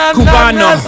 Cubano